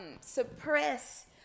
suppress